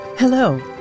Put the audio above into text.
Hello